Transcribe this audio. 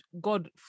God